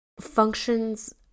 functions